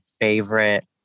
favorite